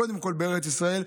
קודם כול בארץ ישראל,